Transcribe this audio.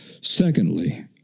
Secondly